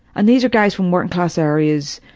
and these are guys from working class areas,